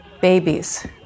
Babies